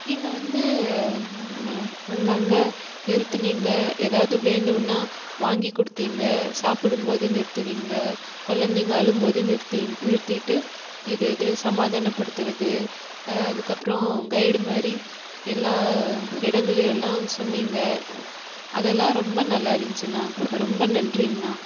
நீங்கள் வந்து அங்கங்கே நிறுத்துனீங்க ஏதாவது வேணுன்னா வாங்கி கொடுத்தீங்க சாப்பிடும்போது நிறுத்தினீங்க குழந்தைங்க அழும்போது நிறுத்தி நிறுத்திட்டு இது இது சமாதானப்படுத்தறது அதுக்கப்புறம் கைடு மாதிரி எல்லா இடங்களை எல்லாம் சொன்னிங்க அதெல்லாம் ரொம்ப நல்லாயிருந்துச்சுண்ணா ரொம்ப நன்றிங்கண்ணா